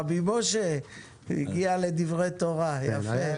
רבי משה הגיע לדברי תורה, יפה.